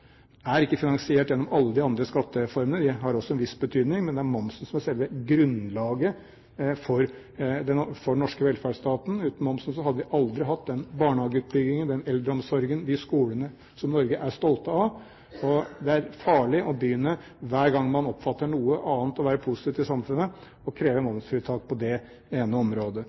er finansiert gjennom moms. Den er ikke finansiert gjennom alle de andre skatteformene. De har også en viss betydning, men det er momsen som er selve grunnlaget for den norske velferdsstaten. Uten momsen hadde vi aldri hatt den barnehageutbyggingen, den eldreomsorgen, og de skolene som Norge er stolt av. Det er farlig å begynne, hver gang man oppfatter noe annet å være positivt i samfunnet, å kreve momsfritak på det ene området.